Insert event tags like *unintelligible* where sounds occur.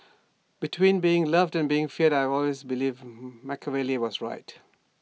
between being loved and being feared I always believed *unintelligible* Machiavelli was right